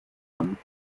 kommt